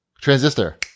Transistor